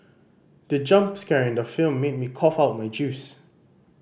the jump scare in the film made me cough out my juice